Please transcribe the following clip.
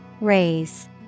Raise